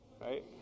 right